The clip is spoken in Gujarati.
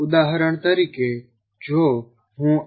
ઉદાહરણ તરીકે જો હું આઈ